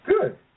Good